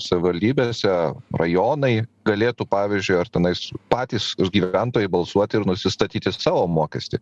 savivaldybėse rajonai galėtų pavyzdžiui ar tenais patys gyventojai balsuoti ir nusistatyti savo mokestį